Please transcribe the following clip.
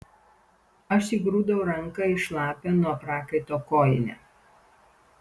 aš įgrūdau ranką į šlapią nuo prakaito kojinę